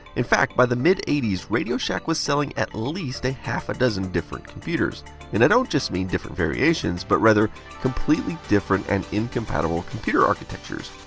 in fact, by the mid eighty s radio shack was selling at least a half dozen different computers. and i don't just mean different variations, but rather completely different and incompatible computer architectures.